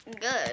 Good